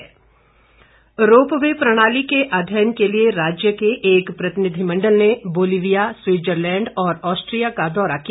दौरा ropeway प्रणाली के अध्ययन के लिए राज्य के एक प्रतिनिधिमंडल ने बोलीविया स्विटजरलैंड और ऑस्ट्रिया का दौरा किया